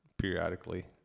periodically